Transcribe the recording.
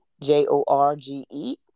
J-O-R-G-E